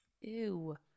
Ew